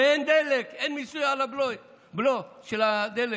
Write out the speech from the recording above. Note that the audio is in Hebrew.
הרי אין דלק, אין מיסוי על הבלו של הדלק.